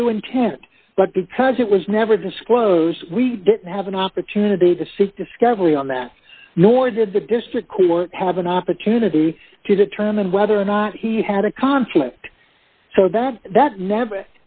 true intent but because it was never disclosed we didn't have an opportunity to seek discovery on that nor did the district court have an opportunity to determine whether or not he had a conflict so that that never